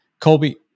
Colby